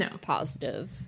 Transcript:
positive